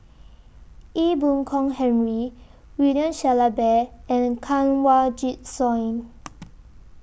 Ee Boon Kong Henry William Shellabear and Kanwaljit Soin